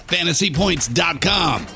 FantasyPoints.com